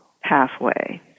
pathway